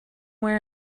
where